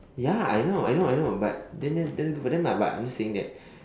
ya I know I know I know but then then then but then but but I'm just saying that